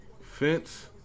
Fence